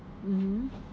mmhmm